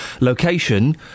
Location